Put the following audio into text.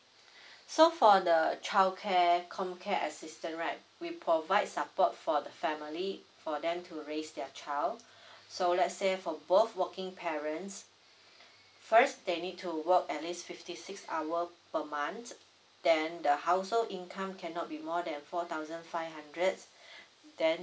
so for the childcare comcare assistance right we provide supper for the family for them to raise their child so let's say for both working parents first they need to work at least fifty six hour per month then the hoousehold income cannot be more than four thousand five hundreds then